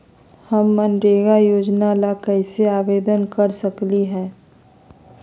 हम मनरेगा योजना ला कैसे आवेदन कर सकली हई?